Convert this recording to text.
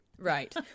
Right